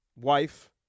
wife